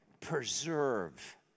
Preserve